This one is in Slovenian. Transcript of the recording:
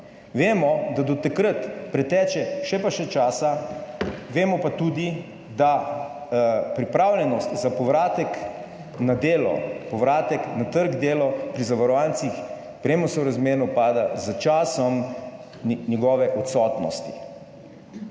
vemo, da do takrat preteče še pa še časa, vemo pa tudi, da pripravljenost za povratek na delo, povratek na trg dela pri zavarovancih premo sorazmerno pada s časom njegove odsotnosti.